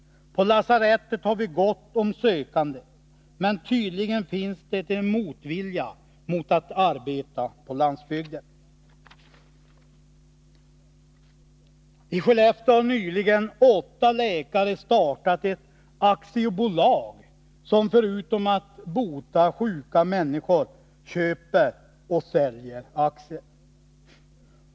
”På lasarettet har vi gott om sökande. Men tydligen finns det en motvilja mot att arbeta på landsbygden.” I Skellefteå har åtta läkare nyligen bildat ett aktiebolag. Förutom att man botar sjuka människor, köper man och säljer aktier.